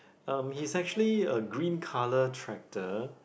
um he is actually a green colour tractor